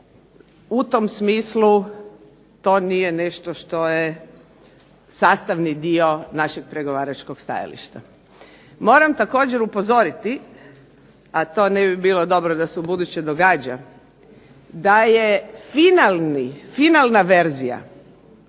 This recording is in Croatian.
u tom smislu to nije nešto što je sastavni dio našeg pregovaračkog stajališta. Moram također upozoriti, a to ne bi bilo dobro da se ubuduće događa a to je da je finalna verzija